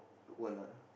don't want ah